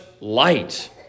light